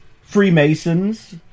freemasons